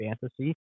fantasy